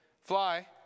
fly